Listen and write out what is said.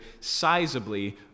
sizably